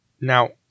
Now